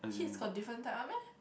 hits got different type [one] meh